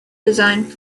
designs